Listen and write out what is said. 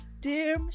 dear